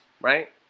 right